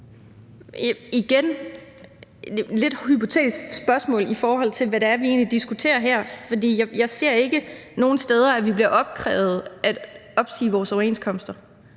det et lidt hypotetisk spørgsmål, i forhold til hvad det er, vi egentlig diskuterer her, for jeg ser ikke nogen steder, at vi bliver pålagt at opsige vores overenskomster.